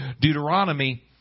Deuteronomy